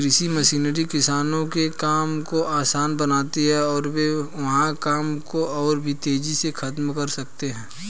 कृषि मशीनरी किसानों के काम को आसान बनाती है और वे वहां काम को और भी तेजी से खत्म कर सकते हैं